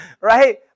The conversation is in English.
Right